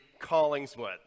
Collingswood